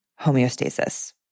homeostasis